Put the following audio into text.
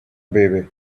baby